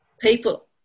People